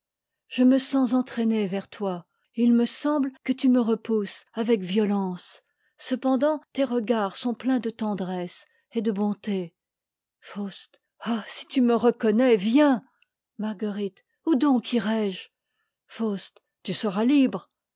je me sens entraînée vers toi et il me semble que tu me repousses avec violence cependant tes regards sont pleins de tendresse et de bonté faust ah si tu me reconnais viens marguerite où donc irais-je faust tu seras libre